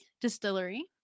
Distillery